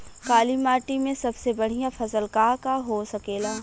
काली माटी में सबसे बढ़िया फसल का का हो सकेला?